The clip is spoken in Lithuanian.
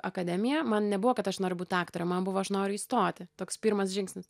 akademija man nebuvo kad aš noriu būt aktore man buvo aš noriu įstoti toks pirmas žingsnis